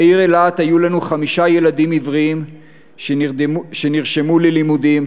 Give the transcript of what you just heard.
בעיר אילת היו לנו חמישה ילדים עיוורים שנרשמו ללימודים,